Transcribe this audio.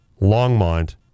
Longmont